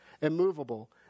immovable